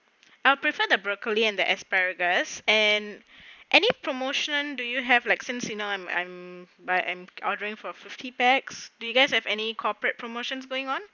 I prefer the broccoli and the asparagus and any promotion do you have like since you know I'm I'm by I'm ordering for fifty pack do you guys have any corporate promotions going on